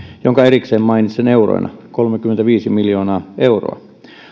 jonka erikseen mainitsen euroina kolmekymmentäviisi miljoonaa euroa